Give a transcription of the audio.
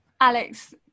alex